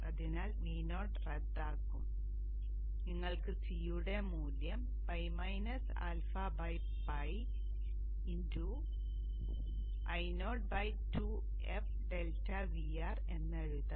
അതിനാൽ Vo റദ്ദാക്കും അതിനാൽ നിങ്ങൾക്ക് C യുടെ മൂല്യം ᴨ αᴨ Io 2f∆Vr എന്ന് എഴുതാം